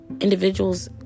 individuals